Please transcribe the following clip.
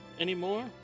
anymore